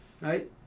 Right